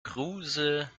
kruse